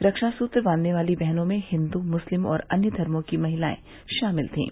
रक्षा सूत्र बांधने वाली बहनों में हिन्द्र मुस्लिम और अन्य धर्मो की महिलाएं शामिल थीं